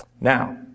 Now